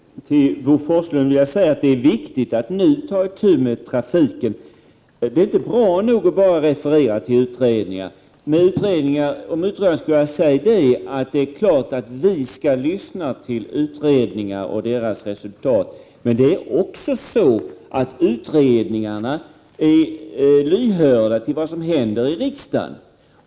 Herr talman! Till Bo Forslund vill jag säga att det är viktigt att nu ta itu med trafiken. Det räcker inte med att bara referera till utredningar. Det är klart att vi skall ta hänsyn till utredningar och deras resultat, men det är också så att man inom utredningarna är lyhörd för vad som händer i riksdagen.